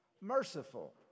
Merciful